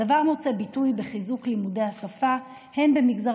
הדבר מוצא ביטוי בחיזוק לימודי השפה במגזר